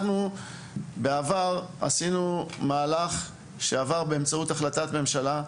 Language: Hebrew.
לפני בערך עשר שנים עשינו מהלך שעבר באמצעות החלטת ממשלה,